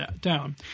down